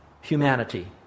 humanity